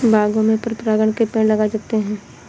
बागों में परागकण के पेड़ लगाए जाते हैं